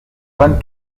vingt